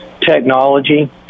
Technology